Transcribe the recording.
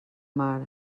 mar